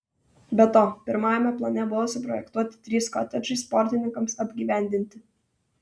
be to pirmajame plane buvo suprojektuoti trys kotedžai sportininkams apgyvendinti